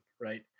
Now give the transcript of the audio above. right